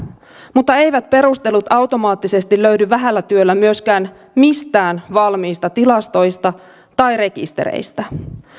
mutta eivät perustelut automaattisesti löydy vähällä työllä myöskään mistään valmiista tilastoista tai rekistereistä